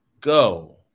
go